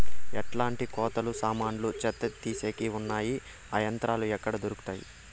ఎట్లాంటి కోతలు సామాన్లు చెత్త తీసేకి వున్నాయి? ఆ యంత్రాలు ఎక్కడ దొరుకుతాయి?